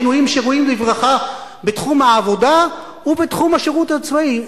יש שינויים שראויים לברכה בתחום העבודה ובתחום השירות הצבאי,